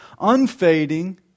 unfading